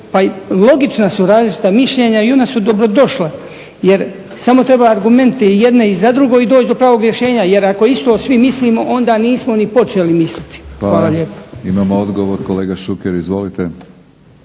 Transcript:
pa logično da su različita mišljenja i ona su dobrodošla. Jer samo treba argumente za jedno i za drugo i doći do pravog rješenja jer ako isto svi mislimo onda nismo ni počeli misliti. Hvala. **Batinić, Milorad (HNS)** Hvala. Imamo odgovor kolega Šuker izvolite.